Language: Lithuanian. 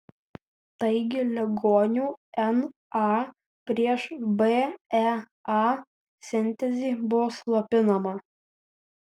taigi ligonių na prieš bea sintezė buvo slopinama